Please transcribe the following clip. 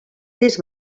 tres